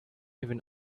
even